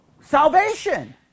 Salvation